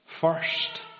First